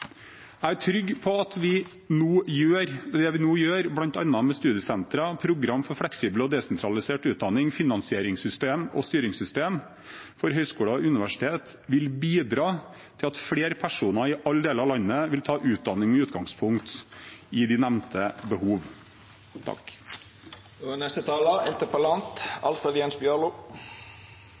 Jeg er trygg på at det vi nå gjør bl.a. med studiesentre, program for fleksibel og desentralisert utdanning, finansieringssystem og styringssystemet for høyskoler og universiteter, vil bidra til at flere personer i alle deler av landet vil ta utdanning med utgangspunkt i de nevnte behov.